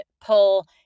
pull